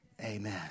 Amen